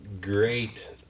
great